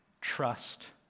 trust